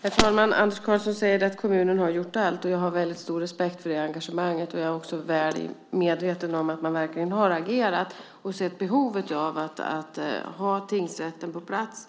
Herr talman! Anders Karlsson säger att kommunen har gjort allt. Och jag har väldigt stor respekt för detta engagemang, och jag är också väl medveten om att man verkligen har agerat och sett behov av att ha tingsrätten på plats.